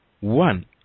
One